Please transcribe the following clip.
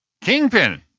Kingpin